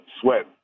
sweat